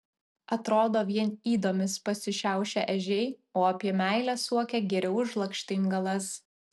atrodo vien ydomis pasišiaušę ežiai o apie meilę suokia geriau už lakštingalas